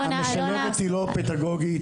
המשלבת היא לא פדגוגית,